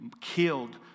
killed